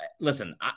listen